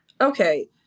Okay